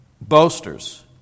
boasters